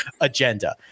agenda